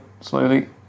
slowly